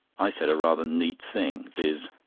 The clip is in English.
i said a rather neat thing, viz.